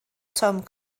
tom